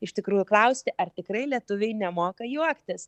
iš tikrųjų klausti ar tikrai lietuviai nemoka juoktis